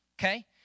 okay